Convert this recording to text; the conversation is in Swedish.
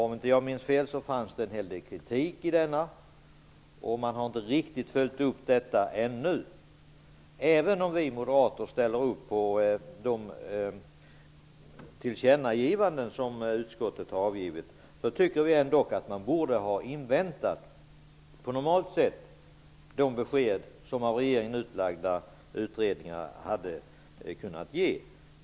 Om inte jag minns fel fanns det en hel del kritik i denna. Man har inte riktigt följt upp detta ännu. Även om vi moderater ställer upp på de tillkännagivanden som utskottet har avgivit tycker vi att man på normalt sätt borde ha inväntat de besked som de av regeringen utlagda utredningarna hade kunnat ge.